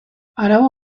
arau